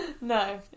no